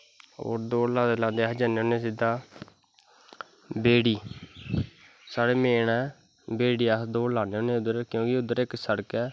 और दौड़ लांदे लांदे अस जन्ने होने सिध्दा बेड़ी साढ़ै मेन ऐ बेड़ी अस दौड़लान्ने होने उद्दर क्योंकि उध्दर इक सड़क ऐ